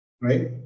Right